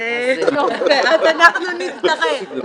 אז אנחנו נזדרז.